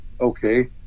okay